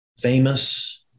famous